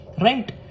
right